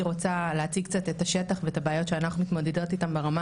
רוצה להציג קצת את השטח ואת הבעיות שאנחנו מתמודדות איתן ברמה